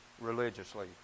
religiously